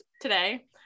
today